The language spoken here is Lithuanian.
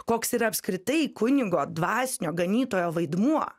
koks yra apskritai kunigo dvasinio ganytojo vaidmuo